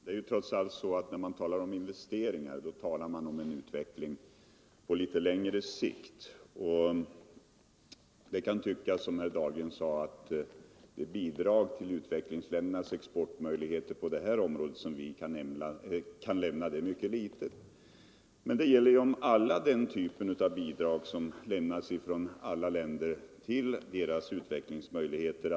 Herr talman! När vi talar om investeringar gäller det ju trots allt utvecklingen på längre sikt. Herr Dahlgren sade att det bidrag som vi kan lämna till utvecklingsländernas möjligheter att exportera socker är mycket litet, och det kan ju tyckas vara riktigt. Men detsamma gäller om samtliga bidrag av denna typ som lämnas av alla länder till utvecklingsländernas exportmöjligheter.